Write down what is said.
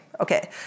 okay